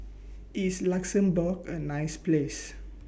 IS Luxembourg A nice Place